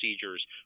procedures